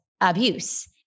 abuse